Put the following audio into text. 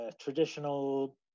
traditional